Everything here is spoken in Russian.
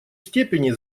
степени